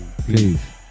Please